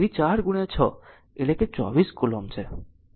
તેથી 4 6 એટલે કે 24 કૂલોમ્બ છે